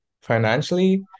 financially